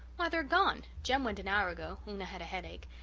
why, they're gone jem went an hour ago una had a headache.